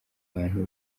abantu